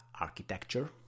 architecture